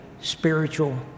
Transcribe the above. spiritual